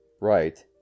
right